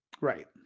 Right